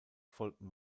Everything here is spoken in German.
folgten